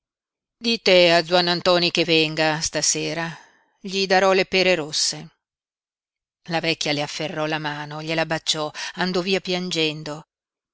dite a zuannantoni che venga stasera gli darò le pere rosse la vecchia le afferrò la mano gliela baciò andò via piangendo